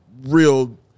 real